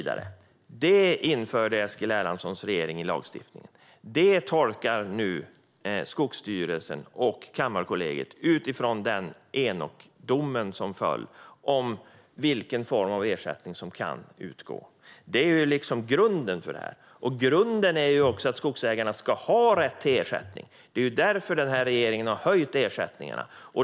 Detta införde Eskil Erlandssons regering i lagstiftningen, och det tolkar nu Skogsstyrelsen och Kammarkollegiet utifrån Änokdomen om vilken form av ersättning som kan utgå. Det är grunden för detta. Och grunden är också att skogsägarna ska ha rätt till ersättning. Det är ju därför den här regeringen har höjt ersättningarna.